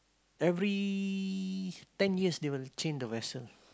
every ten years they will change the vessel